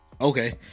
Okay